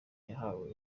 yahawe